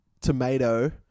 tomato